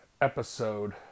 episode